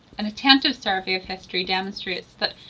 an attentive survey of history demonstrates that,